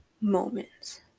moments